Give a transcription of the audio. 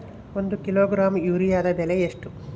ಒಂದು ಕಿಲೋಗ್ರಾಂ ಯೂರಿಯಾದ ಬೆಲೆ ಎಷ್ಟು?